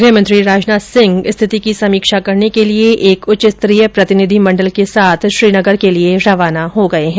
गृह मंत्री राजनाथ सिंह स्थिति की समीक्षा करने के लिये एक उच्च स्तरीय प्रतिनिधि मंडल के साथ श्रीनगर के लिये रवाना हो गये है